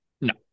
No